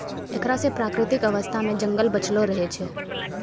एकरा से प्राकृतिक अवस्था मे जंगल बचलो रहै छै